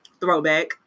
throwback